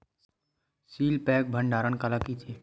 Seal pack भंडारण काला कइथे?